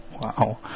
wow